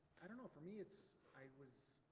i don't know for me it's, i was,